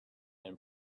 and